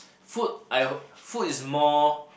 food I hope food is more